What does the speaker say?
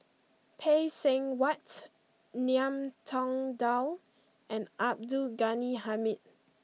Phay Seng Whatt Ngiam Tong Dow and Abdul Ghani Hamid